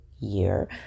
year